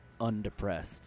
undepressed